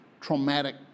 Traumatic